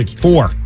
Four